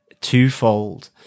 twofold